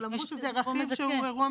אמרו שזה אירוע מזכה.